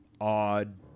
odd